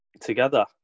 together